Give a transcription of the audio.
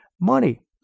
money